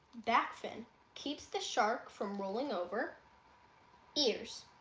back fin keeps the shark from rolling over ears